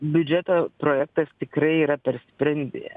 biudžeto projektas tikrai yra per sprindį